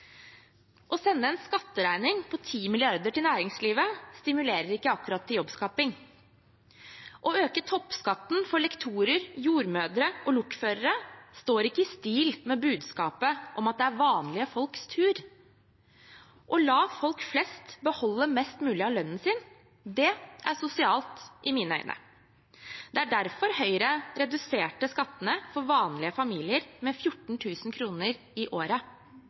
Å sende en skatteregning på 10 mrd. kr til næringslivet stimulerer ikke akkurat til jobbskaping. Å øke toppskatten for lektorer, jordmødre og lokførere står ikke i stil med budskapet om at det er vanlige folks tur. Å la folk flest beholde mest mulig av lønnen sin er sosialt i mine øyne. Det er derfor Høyre reduserte skattene for vanlige familier med 14 000 kr i året.